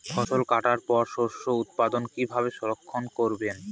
ফসল কাটার পর শস্য উৎপাদন কিভাবে সংরক্ষণ করবেন?